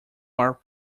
are